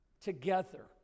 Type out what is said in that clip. together